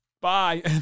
Bye